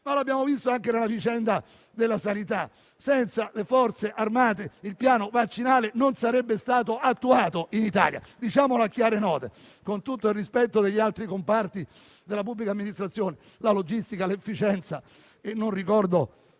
come abbiamo visto anche nella vicenda della sanità, infatti, senza le Forze armate il piano vaccinale non sarebbe stato attuato in Italia, diciamolo a chiare note con tutto il rispetto per gli altri comparti della pubblica amministrazione. Ricordo anche l'efficienza logistica